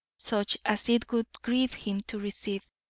such as it would grieve him to receive,